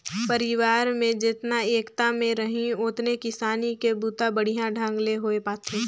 परिवार में जेतना एकता में रहीं ओतने किसानी के बूता बड़िहा ढंग ले होये पाथे